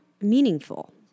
meaningful